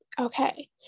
Okay